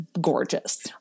gorgeous